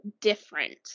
different